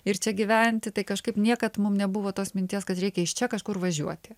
ir čia gyventi tai kažkaip niekad mum nebuvo tos minties kad reikia iš čia kažkur važiuoti